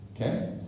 okay